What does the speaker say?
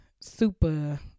super